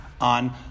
on